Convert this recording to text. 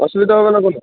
অসুবিধা হবে না কোনো